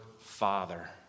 father